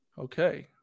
Okay